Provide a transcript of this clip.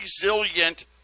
resilient